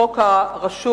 חוק הרשות